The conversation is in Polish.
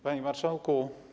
Panie Marszałku!